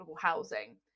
housing